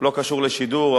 הוא לא קשור לשידור,